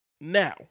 now